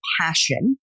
passion